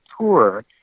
tour